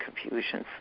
confusions